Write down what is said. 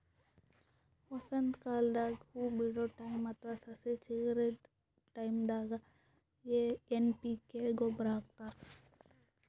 ವಸಂತಕಾಲದಾಗ್ ಹೂವಾ ಬಿಡೋ ಟೈಮ್ ಅಥವಾ ಸಸಿ ಚಿಗರದ್ ಟೈಂದಾಗ್ ಎನ್ ಪಿ ಕೆ ಗೊಬ್ಬರ್ ಹಾಕ್ತಾರ್